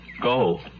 Go